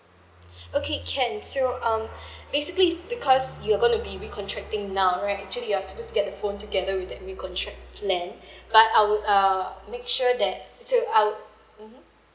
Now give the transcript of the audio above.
okay can so um basically because you're going to be recontracting now right actually you're supposed to get the phone together with that new contract plan but I would err make sure that so I would mmhmm